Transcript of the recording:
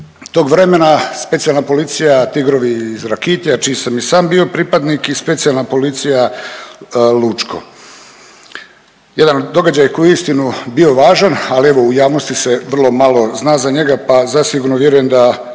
tog vremena. Specijalna policija Tigrovi iz Rakitja čiji sam i sam bio pripadnik i Specijalna policija Lučko. Jedan događaj koji je uistinu bio važan, ali evo u javnosti se vrlo malo zna za njega pa zasigurno vjerujem da